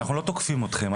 אנחנו לא תוקפים אתכם.